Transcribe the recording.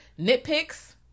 nitpicks